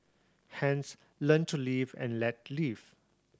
hence learn to live and let live